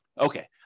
Okay